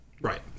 Right